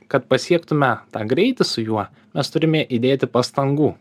kad pasiektume tą greitį su juo mes turime įdėti pastangų